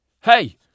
Hey